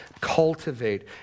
cultivate